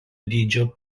dydžio